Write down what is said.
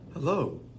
Hello